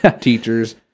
teachers